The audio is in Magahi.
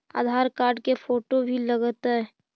आधार कार्ड के फोटो भी लग तै?